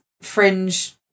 fringe